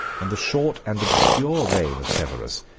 and the short and obscure reign of severus,